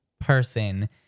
person